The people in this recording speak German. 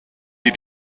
die